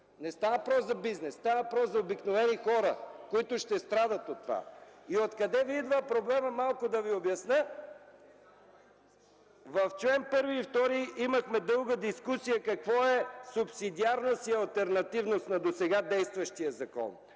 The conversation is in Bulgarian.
Не става въпрос за бизнес, става въпрос за обикновени хора, които ще страдат от това. Откъде идва проблемът, малко да Ви обясня. По чл. 1 и 2 имахме дълга дискусия какво е субсидиарност и алтернативност на досега действащия закон.